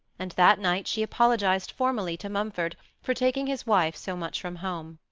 and that night she apologised formally to mumford for taking his wife so much from home.